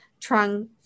Trung